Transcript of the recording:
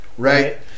Right